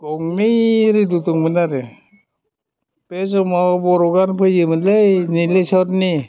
गंनै रेदिय' दंमोन आरो बे समाव बर' गान फैयोमोनलै निलेसरनि